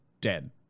dead